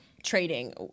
trading